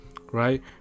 Right